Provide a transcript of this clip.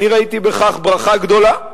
אני ראיתי בכך ברכה גדולה.